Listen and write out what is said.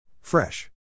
fresh